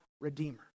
redeemer